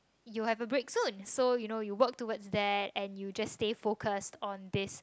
you have a break soon so you know you work towards that and you just stay focus on this